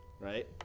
right